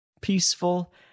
peaceful